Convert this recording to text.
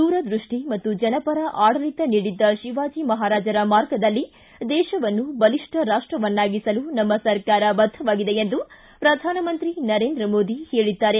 ದೂರದೃಷ್ಟಿ ಮತ್ತು ಜನಪರ ಆಡಳಿತ ನೀಡಿದ್ದ ಶಿವಾಜಿ ಮಹಾರಾಜರ ಮಾರ್ಗದಲ್ಲಿ ದೇಶವನ್ನು ಬಲಿಷ್ಠ ರಾಷ್ಟವನ್ನಾಗಿಸಲು ನಮ್ಮ ಸರ್ಕಾರ ಬದ್ದವಾಗಿದೆ ಎಂದು ಪ್ರಧಾನಮಂತ್ರಿ ನರೇಂದ್ರ ಮೋದಿ ಹೇಳಿದ್ದಾರೆ